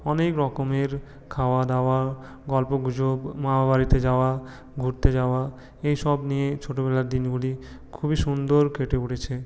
অনেক রকমের খাওয়া দাওয়া গল্পগুজব মামাবাড়িতে যাওয়া ঘুরতে যাওয়া এই সব নিয়ে ছোটোবেলার দিনগুলি খুবই সুন্দর কেটে উঠেছে